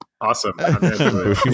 Awesome